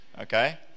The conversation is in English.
okay